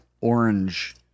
orange